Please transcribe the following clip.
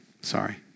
Sorry